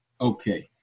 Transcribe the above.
Okay